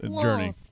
journey